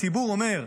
הציבור אומר: